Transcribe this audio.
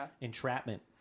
entrapment